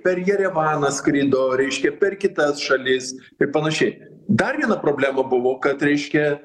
per jerevaną skrido reiškia per kitas šalis ir panašiai dar viena problema buvo kad reiškia